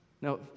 Now